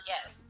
Yes